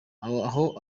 aho